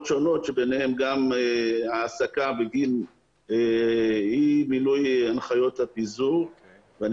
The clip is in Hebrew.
שונות ביניהן גם העסקה בגין אי מילוי הנחיות הפיזור ואני